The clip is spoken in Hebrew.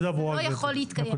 זה לא יכול להתקיים.